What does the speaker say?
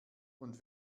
und